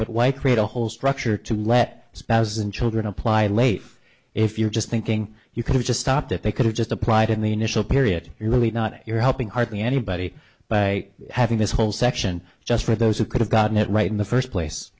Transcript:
but why create a whole structure to let spouses and children apply late if you're just thinking you can just stop that they could have just applied in the initial period you're really not you're helping hardly anybody by having this whole section just for those who could have gotten it right in the first place